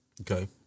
Okay